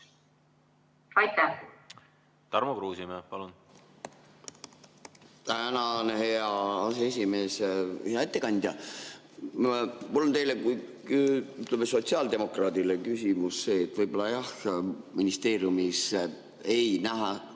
palun! Tarmo Kruusimäe, palun! Tänan, hea aseesimees! Hea ettekandja! Mul on teile kui sotsiaaldemokraadile küsimus, et võib-olla jah, ministeeriumis ei nähta